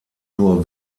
nur